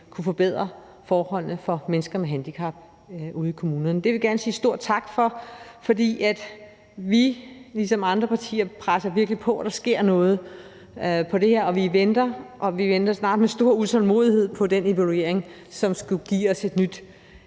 kunne forbedre forholdene for mennesker med handicap ude i kommunerne. Det vil vi gerne sige stor tak for, for vi presser ligesom andre partier virkelig på for, at der sker noget på det her område, og vi venter, og vi venter snart med stor utålmodighed på den evaluering, som skulle give os et nyt